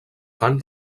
fan